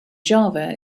java